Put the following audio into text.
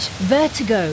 vertigo